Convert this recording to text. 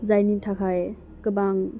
जायनि थाखाय गोबां